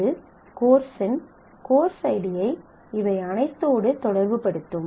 அது கோர்ஸின் கோர்ஸ் ஐடியை இவை அனைத்தோடு தொடர்புபடுத்தும்